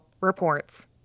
reports